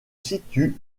situe